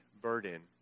burden